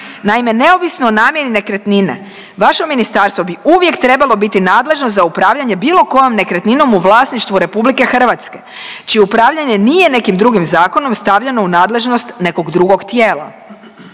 Naime, neovisno o namjeni nekretnine, vaše ministarstvo bi uvijek trebalo biti nadležno za upravljanje bilo kojom nekretninom u vlasništvu RH, čije upravljanje nije nekim drugim zakonom stavljeno u nadležnost nekog drugog tijela.